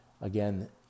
again